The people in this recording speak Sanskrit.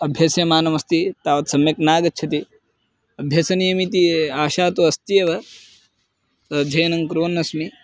अभ्यस्यमानमस्ति तावत् सम्यक् नागच्छति अभ्यसनीयम् इति आशा तु अस्त्येव तदध्ययनं कुर्वन्नस्मि